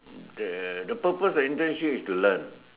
the the purpose of internship is to learn